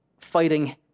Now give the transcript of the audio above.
fighting